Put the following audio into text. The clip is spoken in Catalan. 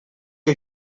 que